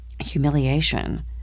humiliation